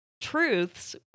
truths